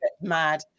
mad